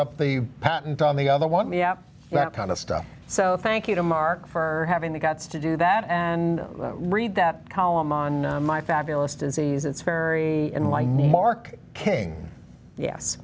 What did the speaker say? up the patent on the other one we have that kind of stuff so thank you to mark for having the guts to do that and read that column on my fabulous disease it's very enlightening mark king yes